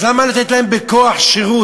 אז למה לתת להם בכוח שירות?